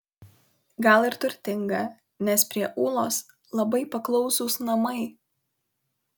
gal ir turtinga nes prie ūlos labai paklausūs namai